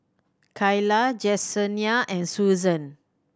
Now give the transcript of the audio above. Cayla Jessenia and Suzan